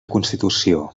constitució